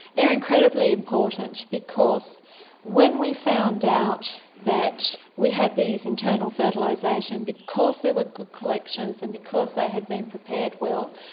they're incredibly important because when we found out that we had this internal fertilisation, because they were good collections and because they had been prepared well,